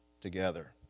together